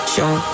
Show